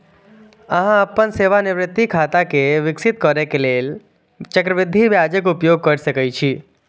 अहां अपन सेवानिवृत्ति खाता कें विकसित करै लेल चक्रवृद्धि ब्याजक उपयोग कैर सकै छी